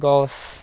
গছ